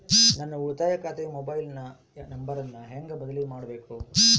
ನನ್ನ ಉಳಿತಾಯ ಖಾತೆ ಮೊಬೈಲ್ ನಂಬರನ್ನು ಹೆಂಗ ಬದಲಿ ಮಾಡಬೇಕು?